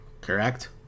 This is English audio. Correct